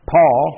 Paul